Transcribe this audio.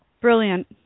Brilliant